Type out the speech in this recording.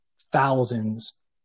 thousands